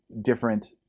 different